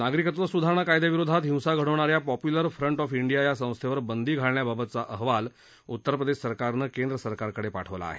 नागरिकत्व स्धारणा कायद्याविरोधात हिंसा घडवणा या पॉप्य्लर फ्रंट ऑफ इंडिया या संस्थेवर बंदी घालण्याबाबतचा अहवाल उत्तरप्रदेश सरकारनं केंद्र सरकारकडे पाठवला आहे